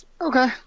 Okay